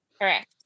correct